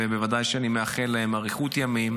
ובוודאי שאני מאחל להם אריכות ימים.